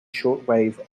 shortwave